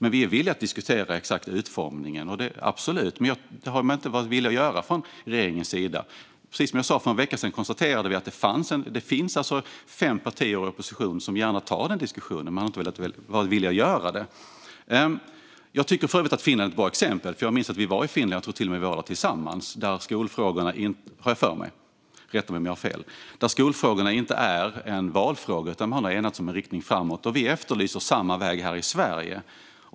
Vi är absolut villiga att diskutera den exakta utformningen, men det har regeringen inte varit villig att göra. Som jag sa konstaterade vi för en vecka sedan att det finns fem partier i oppositionen som gärna tar den diskussionen, men det har de inte varit villiga att göra. Jag tycker för övrigt att Finland är ett bra exempel. Jag minns att vi var i Finland och har till och med för mig att jag och Gunilla Svantorp var där tillsammans - rätta mig om jag har fel. Skolfrågan är inte en valfråga där, utan man har enats om en riktning framåt. Vi efterlyser samma väg här i Sverige.